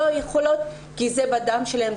לא יכולות כי זה בדם שלהן,